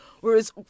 Whereas